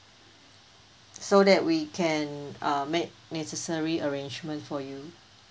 so that we can uh make necessary arrangement for you